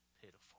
pitiful